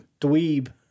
dweeb